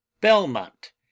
belmont